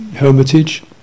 Hermitage